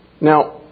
Now